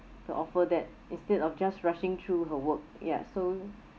to offer that instead of just rushing through her work ya so